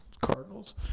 Cardinals